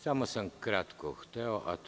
Samo sam kratko hteo.